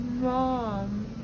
Mom